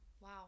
Wow